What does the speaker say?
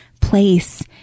place